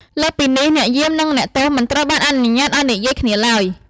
លើសពីនេះ អ្នកយាម និងអ្នកទោសមិនត្រូវបានអនុញ្ញាតឱ្យនិយាយគ្នាឡើយ។